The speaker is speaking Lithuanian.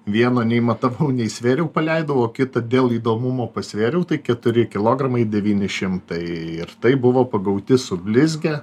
vieno nei matavau nei svėriau paleidau o kitą dėl įdomumo pasvėriau tai keturi kilogramai devyni šimtai ir tai buvo pagauti su blizge